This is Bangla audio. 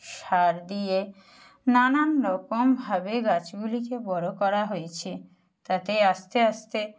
সার দিয়ে নানান রকমভাবে গাছগুলিকে বড়ো করা হয়েছে তাতে আস্তে আস্তে